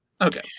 Okay